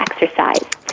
exercise